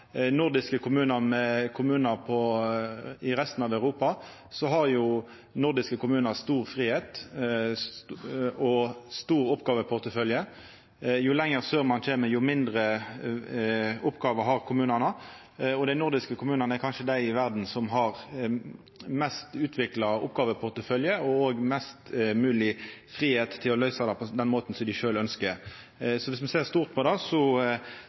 nordiske kommunar med kommunar i resten av Europa, har nordiske kommunar stor fridom og stor oppgåveportefølje. Jo lenger sør ein kjem, jo færre oppgåver har kommunane. Dei nordiske kommunane er kanskje dei i verda som har den mest utvikla oppgåveporteføljen og òg størst mogleg fridom til å løysa det på den måten dei sjølv ønskjer. Så om me ser stort på det,